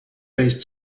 based